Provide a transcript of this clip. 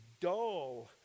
dull